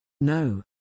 No